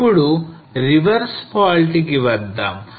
ఇప్పుడు reverse fault కి వద్దాం